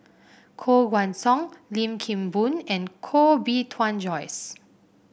Koh Guan Song Lim Kim Boon and Koh Bee Tuan Joyce